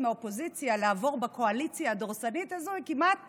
מהאופוזיציה לעבור בקואליציה הדורסנית הזאת הוא כמעט